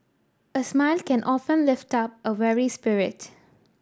a smile can often lift up a weary spirit